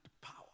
power